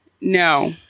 No